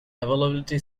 availability